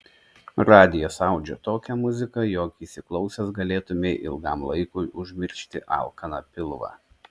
radijas audžia tokią muziką jog įsiklausęs galėtumei ilgam laikui užmiršti alkaną pilvą